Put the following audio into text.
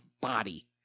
body